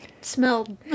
smelled